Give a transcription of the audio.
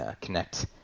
connect